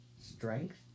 strength